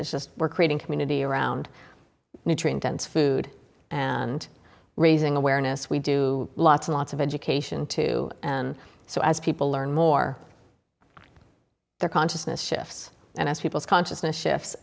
is just we're creating community around nutrient dense food and raising awareness we do lots and lots of education too and so as people learn more their consciousness shifts and as people's consciousness shifts